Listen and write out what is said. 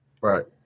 Right